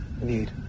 need